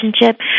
relationship